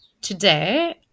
today